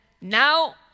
now